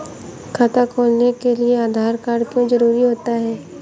खाता खोलने के लिए आधार कार्ड क्यो जरूरी होता है?